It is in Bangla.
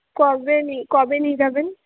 কবে নি কবে নিয়ে যাবেন